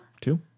Two